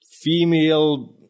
female